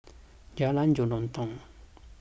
Jalan Jelutong